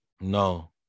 No